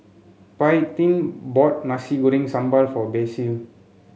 Paityn bought Nasi Goreng Sambal for Basil